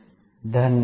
धन्यवाद